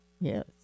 Yes